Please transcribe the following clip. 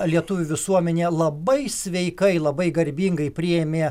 lietuvių visuomenė labai sveikai labai garbingai priėmė